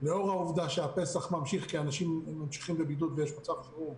לאור העובדה שהפסח ממשיך כי אנשים מממשיכים בבידוד ויש מצב חירום,